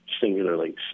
singularly